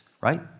right